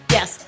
Yes